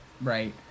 right